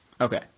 Okay